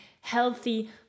healthy